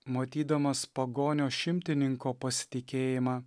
matydamas pagonio šimtininko pasitikėjimą